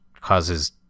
causes